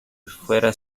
fuera